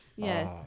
Yes